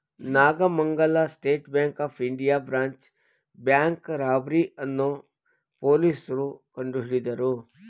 Nagamangala State Bank of India branch bank robbery ಅನ್ನೋ ಪೊಲೀಸ್ನೋರು ಕಂಡುಹಿಡಿದರು